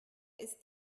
ist